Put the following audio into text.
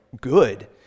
good